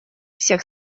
всех